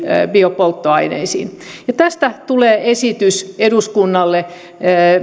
biopolttoaineisiin tästä tulee esitys eduskunnalle